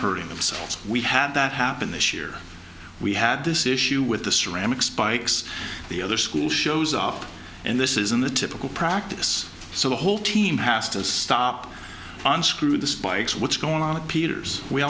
hurting themselves we had that happen this year we had this issue with the ceramic spikes the other school shows up and this isn't the typical practice so the whole team has to stop unscrew the spikes what's going on at peter's we